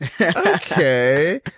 okay